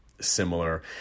similar